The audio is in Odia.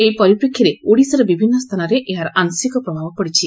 ଏହି ପରିପ୍ରେକ୍ଷୀରେ ଓଡ଼ିଶାର ବିଭିନ୍ନ ସ୍ଥାନରେ ଏହାର ଆଂଶିକ ପ୍ରଭାବ ପଡ଼ିଛି